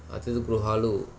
అతిథి గృహాలు